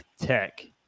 Tech